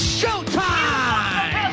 showtime